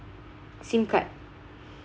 SIM card